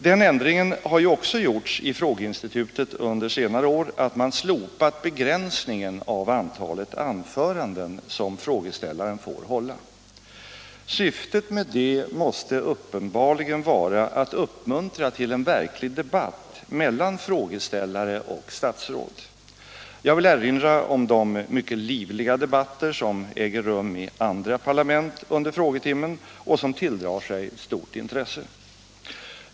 Den ändringen av frågeinstitutet har ju också gjorts under senare år att man slopat begränsningen av antalet anföranden som frågeställaren får hålla. Syftet med detta måste uppenbarligen vara att uppmuntra till en verklig debatt mellan frågeställare och statsråd. Jag vill erinra om de mycket livliga debatter som äger rum i andra parlament under frågetimmen och som tilldrar sig stort intresse.